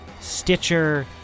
Stitcher